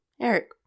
Eric